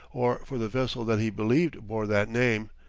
or for the vessel that he believed bore that name.